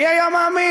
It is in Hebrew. מי היה מאמין?